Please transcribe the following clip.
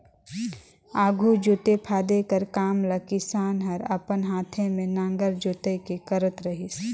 आघु जोते फादे कर काम ल किसान हर अपन हाथे मे नांगर जोएत के करत रहिस